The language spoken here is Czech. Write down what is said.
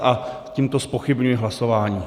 A tímto zpochybňuji hlasování.